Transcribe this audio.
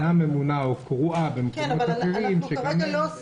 ועדה ממונה או קרואה במקומות אחרים שגם הם,